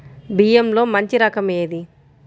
బియ్యంలో మంచి రకం ఏది?